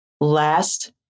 last